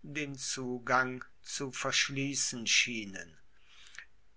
den zugang zu verschließen schienen